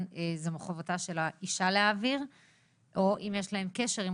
זה מחובתה של האישה להעביר או אם יש להם קשר עם